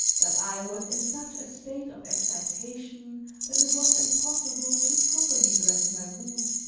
but i was in such a state of excitation that it was impossible to properly dress my wound.